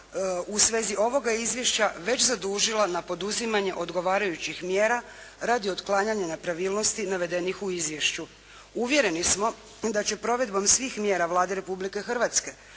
u svezi ovoga izvješća već zadužila na poduzimanje odgovarajućih mjera radi otklanjanja nepravilnosti navedenih u izvješću. Uvjereni smo da će provedbom svih mjera Vlade Republike Hrvatske